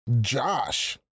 Josh